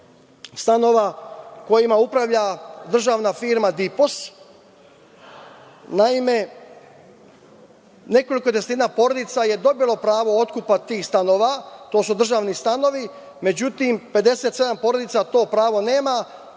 stanova kojima upravlja državna firma DIPOS. Naime, nekoliko desetina porodica je dobilo pravo otkupa tih stanova, to su državni stanovi, međutim, 57 porodica to pravo nema,